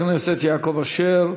ראשון המציעים, חבר הכנסת יעקב אשר.